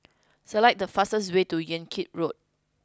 select the fastest way to Yan Kit Road